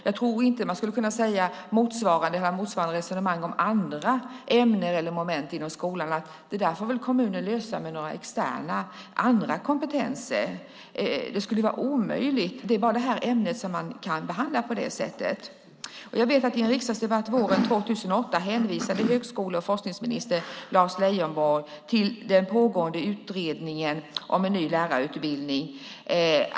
Jag tror inte att man skulle kunna föra motsvarande resonemang om andra ämnen inom skolan: Det där får väl kommunen lösa med extern kompetens. Det skulle vara omöjligt. Det är bara det här ämnet man kan behandla på det här sättet. I en riksdagsdebatt våren 2008 hänvisade högskole och forskningsminister Lars Leijonborg till den pågående utredningen om en ny lärarutbildning.